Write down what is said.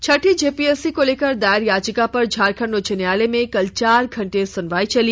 छठी JPSC को लेकर दायर याचिका पर झारखंड उच्च न्यायालय में कल चार घंटे सुनवाई चली